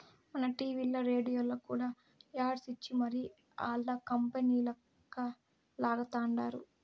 మన టీవీల్ల, రేడియోల్ల కూడా యాడ్స్ ఇచ్చి మరీ ఆల్ల కంపనీలంక లాగతండారు